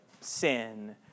sin